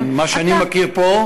אין, ממה שאני מכיר פה.